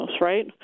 right